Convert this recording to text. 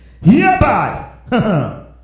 Hereby